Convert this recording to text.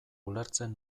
ulertzen